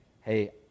hey